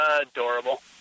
Adorable